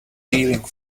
peeling